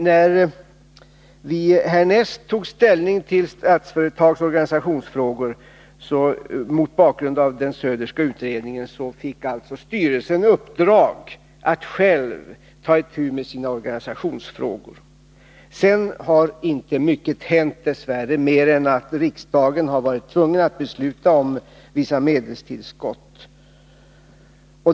När vi härnäst tog ställning till Statsföretags organisationsfrågor mot bakgrund av utredningen fick styrelsen i uppdrag att själv ta itu med dessa organisationsfrågor. Sedan har dess värre inte mycket hänt, mer än att riksdagen har varit tvungen att besluta om vissa medelstillskott.